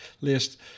list